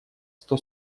сто